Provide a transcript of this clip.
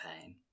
pain